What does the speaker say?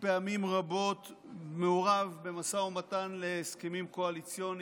פעמים רבות הייתי מעורב במשא ומתן על הסכמים קואליציוניים,